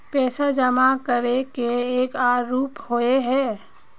पैसा जमा करे के एक आर रूप होय है?